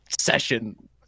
session